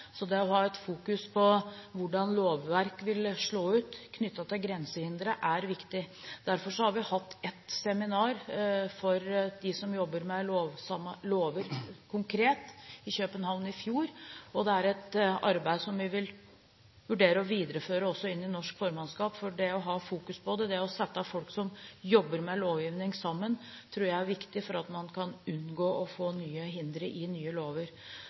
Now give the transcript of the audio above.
så det å ha et fokus på hvordan lovverk vil slå ut knyttet til grensehindre, er viktig. Derfor hadde vi et seminar for dem som jobber med lover konkret, i København i fjor. Det er et arbeid som vi vil vurdere å videreføre også innen norsk formannskap, for det å ha fokus på det – det å sette folk som jobber med lovgivning sammen – tror jeg er viktig for at man skal unngå å få nye hindre i nye lover.